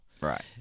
right